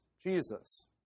Jesus